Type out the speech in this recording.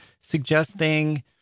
suggesting